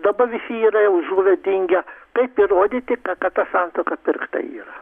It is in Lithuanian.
dabar visi yra jau žuvę dingę taip įrodyti kad ta santuoka pirkta yra